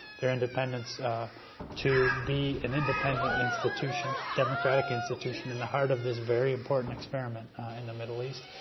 their independence to be an independent institution, democratic institution in the heart of this very important experiment in the middle east.